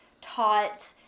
taught